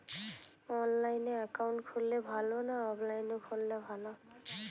অনলাইনে একাউন্ট খুললে ভালো না অফলাইনে খুললে ভালো?